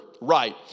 right